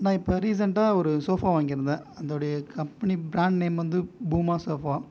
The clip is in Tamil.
நான் இப்போது ரீசண்டாக ஒரு சோஃபா வாங்கி இருந்தேன் அதோடைய கம்பெனி பிராண்ட் நேம் வந்து பூமா சோஃபா